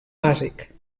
bàsic